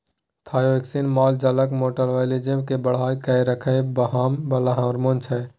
thyroxine माल जालक metabolism केँ बढ़ा कए राखय बला हार्मोन छै